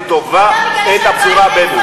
זאת חוצפה בלתי רגילה להתנגד לתוכנית הזאת.